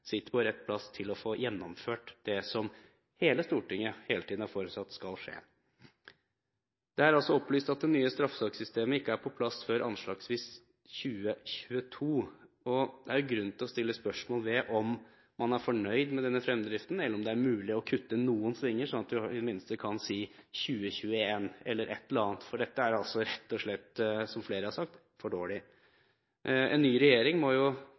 opplyst at den nye straffesaksystemet ikke er på plass før anslagsvis 2022. Da er det grunn til å stille spørsmål ved om man er fornøyd med denne fremdriften, eller om det er mulig å kutte noen svinger slik at man i det minste kan si 2021 eller et eller annet, for dette er rett og slett, som flere har sagt, for dårlig. En ny regjering må jo